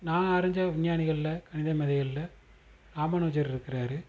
நான் அறிந்த விஞ்ஞானிகள்ல கணிதமேதைகள்ல ராமானுஜர் இருக்குறார்